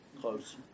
Close